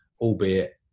albeit